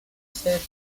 said